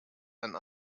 and